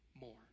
more